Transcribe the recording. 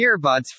earbuds